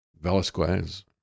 Velasquez